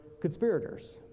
conspirators